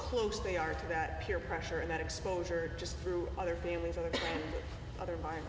close they are to that peer pressure and that exposure just through other families or the other